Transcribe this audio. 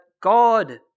God